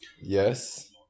Yes